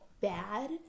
bad